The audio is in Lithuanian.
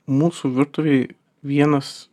mūsų virtuvėj vienas